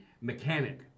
mechanic